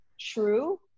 true